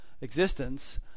existence